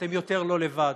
אתם יותר לא לבד.